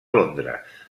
londres